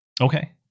Okay